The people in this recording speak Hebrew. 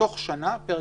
שתוך שנה היא